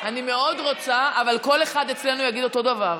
אני מאוד רוצה, אבל כל אחד אצלנו יגיד אותו דבר.